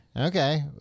Okay